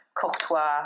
Courtois